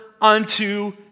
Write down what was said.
unto